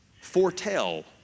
foretell